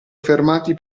fermati